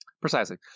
precisely